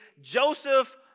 Joseph